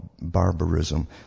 barbarism